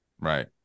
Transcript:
right